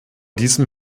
diesem